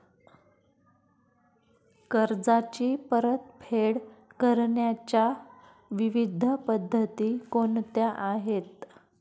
कर्जाची परतफेड करण्याच्या विविध पद्धती कोणत्या आहेत?